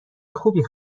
خوبی